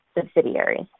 subsidiaries